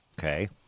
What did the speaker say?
Okay